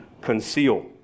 conceal